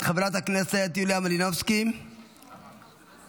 חברת הכנסת יוליה מלינובסקי, בבקשה.